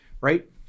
right